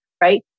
right